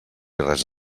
res